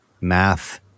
math